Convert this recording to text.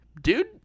dude